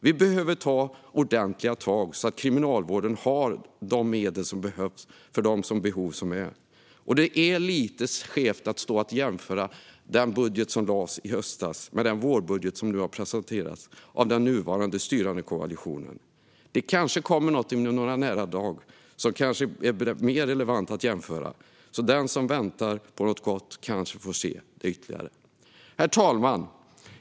Vi behöver ta ordentliga tag så att Kriminalvården får de medel som behövs för de behov som finns. Det är lite skevt att jämföra den budget som lades fram i höstas med den vårbudget som nu har presenterats av den nuvarande styrande koalitionen. Det kanske kommer något som är mer relevant att jämföra. Den som väntar på något gott kanske får se något ytterligare. Herr talman!